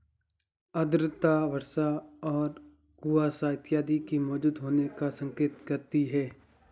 आर्द्रता वर्षा और कुहासा इत्यादि के मौजूद होने का संकेत करती है